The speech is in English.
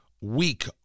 weak